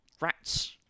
rats